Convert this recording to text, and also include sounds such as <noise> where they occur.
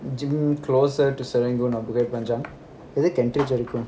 gym closer to serangoon or bukit panjang is it <laughs>